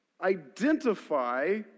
identify